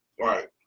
right